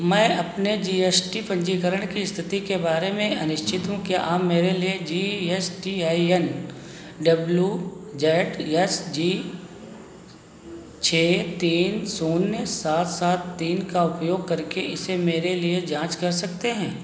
मैं अपने G S T पन्जीकरण की इस्थिति के बारे में अनिश्चित हूँ क्या आप मेरे G S T I N W Z S G छह तीन शून्य सात सात तीन का उपयोग करके इसे मेरे लिए जाँच कर सकते हैं